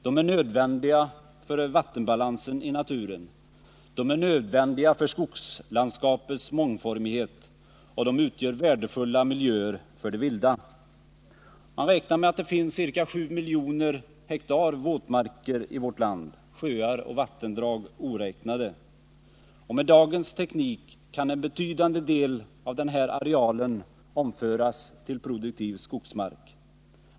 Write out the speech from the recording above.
De är nödvändiga för vattenbalansen i naturen. De är nödvändiga för skogslandskapets mångformighet. Och de är värdefulla miljöer för viltet. Man räknar med att det finns ca 7 miljoner ha våtmark i vårt land — sjöar och vattendrag oräknade. Med dagens teknik kan en betydande del av denna areal omföras till produktiv skogsmark.